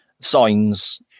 signs